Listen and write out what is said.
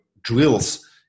drills